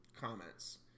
comments